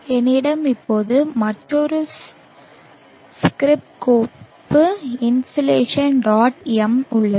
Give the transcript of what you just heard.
என்னிடம் இப்போது மற்றொரு ஸ்கிரிப்ட் கோப்பு இன்சோலேஷன் dot m உள்ளது